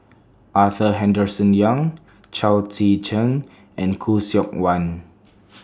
Arthur Henderson Young Chao Tzee Cheng and Khoo Seok Wan